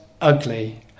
ugly